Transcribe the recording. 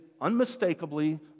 unmistakably